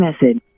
message